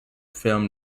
film